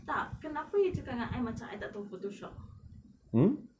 tak kenapa you cakap dengan I macam I tak tahu photoshop